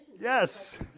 Yes